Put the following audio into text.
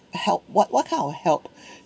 help what what kind of help